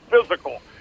physical